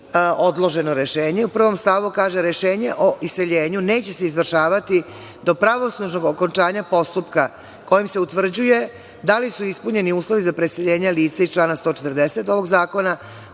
odloženo rešenje? U 1. stavu se kaže – rešenje o iseljenju neće se izvršavati do pravosnažnog okončanja postupka kojim se utvrđuje da li su ispunjeni uslovi za preseljenje lica iz člana 140. ovog zakona